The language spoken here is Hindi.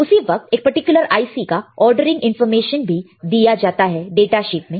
उसी वक्त एक पर्टिकुलर IC का ऑर्डरिंग इंफॉर्मेशन भी दिया जाता है डाटा शीट में